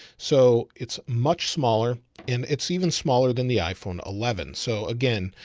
so it's much smaller and it's even smaller than the iphone eleven. so again,